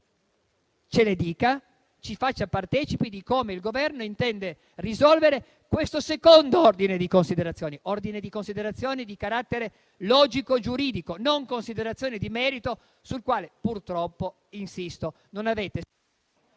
ce le dica e ci faccia partecipi di come il Governo intende risolvere questo secondo ordine di considerazioni di carattere logico e giuridico, non considerazioni di merito sul quale purtroppo, insisto, non avete...